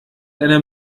einer